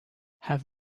have